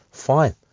fine